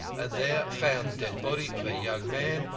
and there found the dead body of a young man,